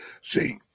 See